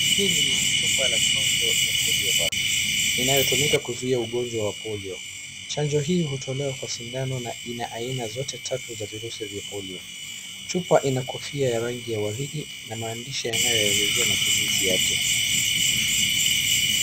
Hili ni chupa la chanjo ya Poliovac inayotumika kuzuia ugonjwa wa Polio. Chanjo hii utolewa kwa sindano na ina aina zote za virusi vya Polio. Chupa ina kofia ya rangi ya waridi na maandishi yanayoelezea matumizi yake.